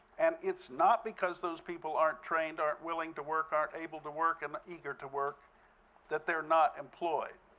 and it's not because those people aren't trained, aren't willing to work, aren't able to work, aren't and eager to work that they're not employed.